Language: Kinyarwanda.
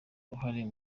uruhare